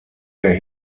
der